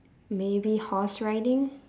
maybe horse riding